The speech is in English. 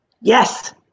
Yes